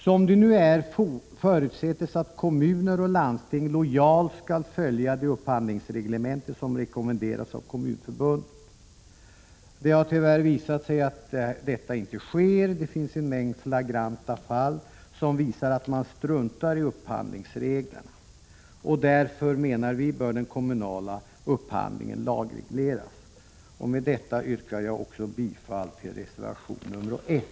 Som det nu är förutsätts att kommuner och landsting lojalt skall följa de upphandlingsreglementen som rekommenderats av Kommunförbundet. Det har tyvärr visat sig att detta inte sker. Det finns en mängd flagranta fall som visar att man struntar i upphandlingsreglerna. Därför, menar vi, bör den kommunala upphandlingen lagregleras. Jag yrkar med detta bifall även till reservation 1.